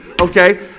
okay